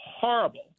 horrible